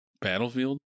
Battlefield